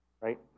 right